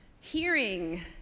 hearing